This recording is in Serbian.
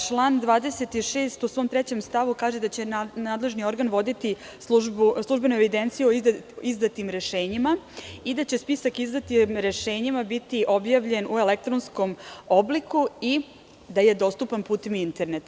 Član 26. u svom stavu 3. kaže da će nadležni organ voditi službenu evidenciju o izdatim rešenjima i da će spisak o izdatim rešenjima biti objavljen u elektronskom obliku i da je dostupan putem interneta.